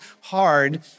hard